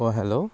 অঁ হেল্ল'